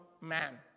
man